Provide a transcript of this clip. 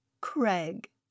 Craig